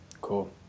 Cool